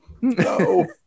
no